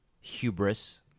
Hubris